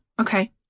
Okay